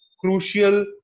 crucial